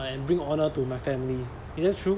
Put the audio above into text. and bring honour to my family is that true